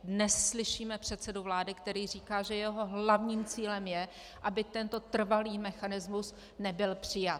Dnes slyšíme předsedu vlády, který říká, že jeho hlavním cílem je, aby tento trvalý mechanismus nebyl přijat.